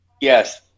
yes